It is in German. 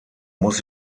muss